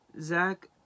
Zach